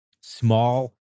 small